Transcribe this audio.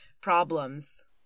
problems